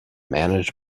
managed